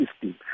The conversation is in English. system